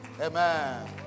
Amen